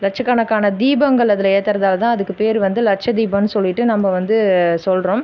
லட்சக்கணக்கான தீபங்கள் அதில் ஏற்றுறதால தான் அதுக்கு பேர் வந்து லட்ச தீபோன்னு சொல்லிவிட்டு நம்ப வந்து சொல்லுறோம்